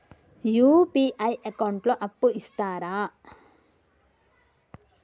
UPI account లో అప్పు ఇస్తరా?